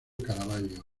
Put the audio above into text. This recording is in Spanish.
caravaggio